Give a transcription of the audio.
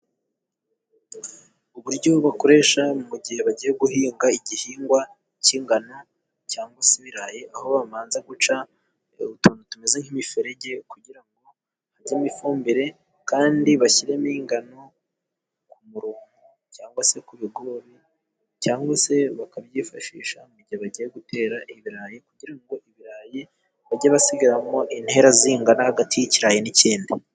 Uburyo bakoresha mu gihe bagiye guhinga igihingwa cy'ingano, cyangwa se ibirayi aho bamanza guca utuntu tumeze nk'imiferege, kugira ngo hajyemo ifumbire kandi bashyiremo ingano ku murongo, cyangwa se ku bigori, cyangwa se bakabyifashisha mu gihe bagiye gutera ibirayi, kugira ngo ibirayi bajye basigamo intera zingana hagati y'ikirayi n'ikindi.